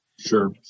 Sure